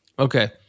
Okay